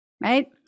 right